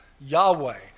Yahweh